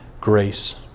grace